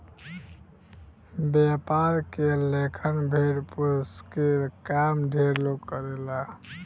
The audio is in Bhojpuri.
व्यापार के लेखन भेड़ पोसके के काम ढेरे लोग करेला